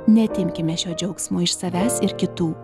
neatimkime šio džiaugsmo iš savęs ir kitų